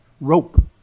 rope